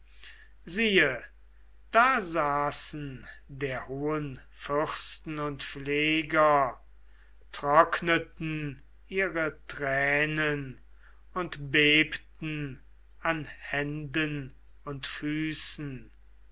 siehe da saßen viele der hohen fürsten und pfleger trockneten ihre tränen und bebten an händen und füßen